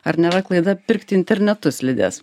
ar nėra klaida pirkti internetu slides